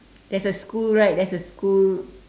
there's a school right there's a school